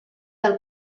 del